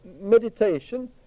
meditation